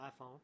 iPhone